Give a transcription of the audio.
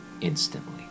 instantly